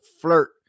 flirt